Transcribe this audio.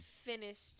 finished